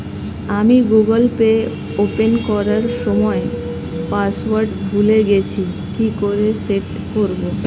আমি Google pay open করার সময় পাসওয়ার্ড ভুলে গেছি কি করে সেট করব?